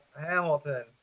Hamilton